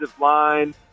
line